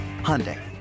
Hyundai